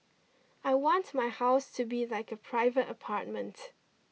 I want my house to be like a private apartment